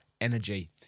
energy